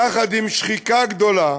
יחד עם שחיקה גדולה